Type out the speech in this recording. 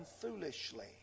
foolishly